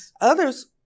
others